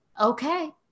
okay